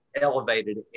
elevated